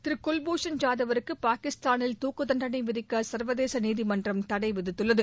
திரு குல்பூஷன் ஜாதவுக்கு பாகிஸ்தானில் துக்கு தண்டணை விதிக்க சர்வதேச நீதிமன்றம் தடை விதித்துள்ளது